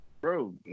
Bro